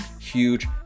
huge